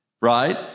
Right